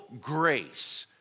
grace